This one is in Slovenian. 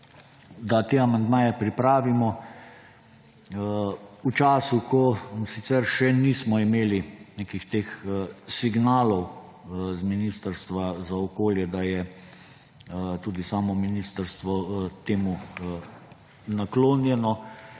da te amandmaje pripravimo v času, ko sicer še nismo imeli nekih teh signalov z Ministrstva za okolje, da je tudi samo ministrstvo temu naklonjeno.